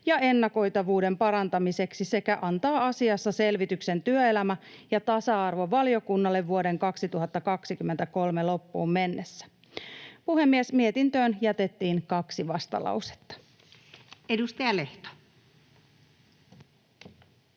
ja ennakoitavuuden parantamiseksi sekä antaa asiassa selvityksen työelämä- ja tasa-arvovaliokunnalle vuoden 2023 loppuun mennessä. Puhemies! Mietintöön jätettiin kaksi vastalausetta. [Speech